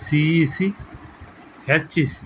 CEC HEC